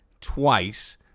twice